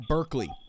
Berkeley